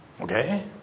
okay